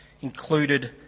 included